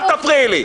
אל תפריעי לי.